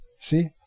See